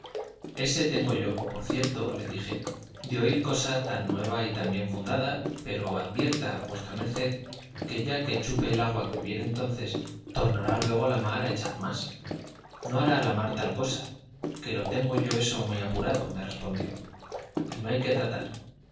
ese tengo yo por cierto le dije de oír cosa tan nueva y tan bien fundada pero advierta v md que ya que chupe el agua que hubiere entonces tornará luego la mar a echar más no hará la mar tal cosa que lo tengo yo eso muy apurado me respondió y no hay que tratar